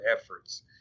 efforts